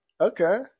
Okay